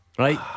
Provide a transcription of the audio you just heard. Right